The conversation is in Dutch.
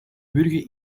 wurgen